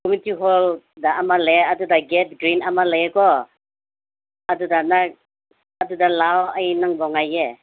community ꯍꯣꯜꯗ ꯑꯃ ꯂꯩꯌꯦ ꯑꯗꯨꯗ ꯒꯦꯠ ꯒ꯭ꯔꯤꯟ ꯑꯃ ꯂꯩꯌꯦꯀꯣ ꯑꯗꯨꯗ ꯅꯪ ꯑꯗꯨꯗ ꯂꯥꯛꯑꯣ ꯑꯩ ꯅꯪꯕꯨ ꯉꯥꯏꯒꯦ